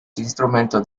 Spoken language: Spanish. instrumentos